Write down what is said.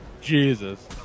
Jesus